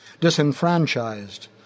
disenfranchised